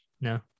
no